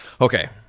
Okay